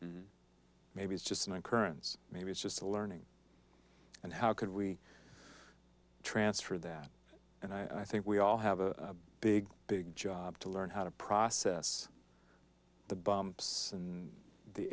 maybe it's just an occurrence maybe it's just a learning and how could we transfer that and i think we all have a big big job to learn how to process the bumps and the